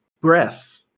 breath